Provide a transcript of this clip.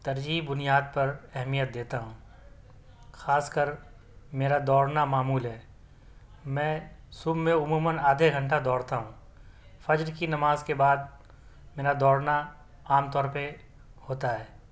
ترجیح بنیاد پر اہمیت دیتا ہوں خاص کر میرا دوڑنا معمول ہے میں صبح میں عموماً آدھے گھنٹہ دوڑتا ہوں فجر کی نماز کے بعد میرا دوڑنا عام طور پہ ہوتا ہے